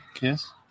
Yes